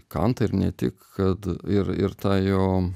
kantą ir ne tik kad ir ir tą jo